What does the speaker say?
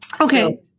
Okay